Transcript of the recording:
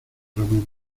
ramón